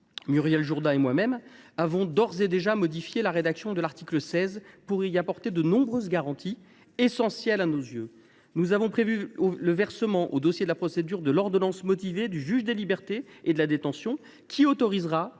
Muriel Jourda et moi même avons d’ores et déjà modifié la rédaction de l’article 16 pour y ajouter de nombreuses garanties, essentielles à nos yeux. Ainsi, nous avons prévu le versement au dossier de la procédure de l’ordonnance motivée du juge des libertés et de la détention, qui autorisera